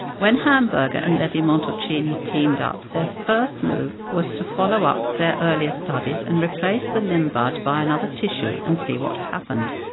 when hamburger and levi-montalcini teamed up, their first move was to follow up their earlier studies and replace the limb bud by another tissue and see what happened.